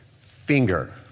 finger